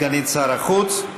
סגנית שר החוץ,